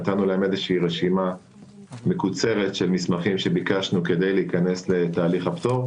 נתנו להם רשימה מקוצרת של מסמכים שביקשנו כדי להיכנס לתהליך הפטור.